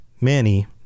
Manny